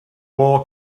war